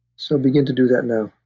so begin to do that now.